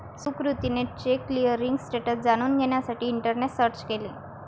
सुकृतीने check clearing status जाणून घेण्यासाठी इंटरनेटवर सर्च केले